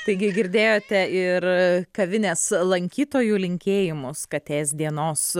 taigi girdėjote ir kavinės lankytojų linkėjimus katės dienos